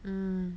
mm